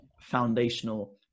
foundational